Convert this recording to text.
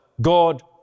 God